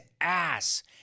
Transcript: ass